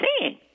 seeing